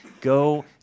Go